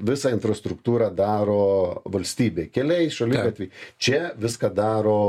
visą infrastruktūrą daro valstybė keliai šaligatviai čia viską daro